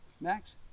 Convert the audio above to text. Max